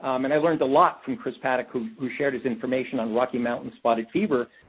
um and i've learned a lot from chris paddock, who who shared his information on rocky mountain spotted fever,